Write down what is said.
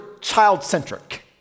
child-centric